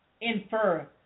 infer